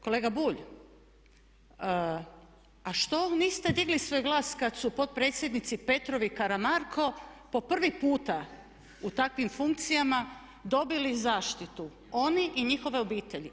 Kolega Bulj, a što niste digli svoj glas kad su potpredsjednici Petrov i Karamarko po prvi puta u takvim funkcijama dobili zaštitu oni i njihove obitelji.